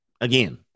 Again